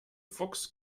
fuchs